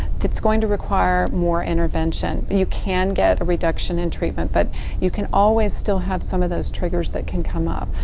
going to require more intervention. you can get a reduction in treatment, but you can always still have some of those triggers that can come up.